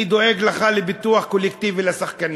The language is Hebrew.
אני דואג לך לביטוח קולקטיבי לשחקנים.